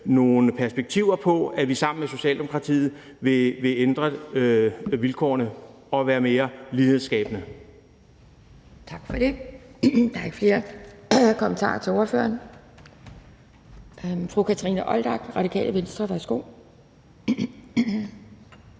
nogle perspektiver på, at vi sammen med Socialdemokratiet vil ændre vilkårene og være mere lighedsskabende.